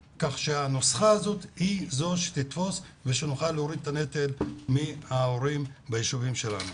שהנוסחה הזאת היא זו שתהיה ונוכל להוריד את הנטל מההורים ביישובים שלנו.